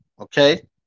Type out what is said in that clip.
Okay